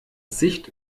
sicht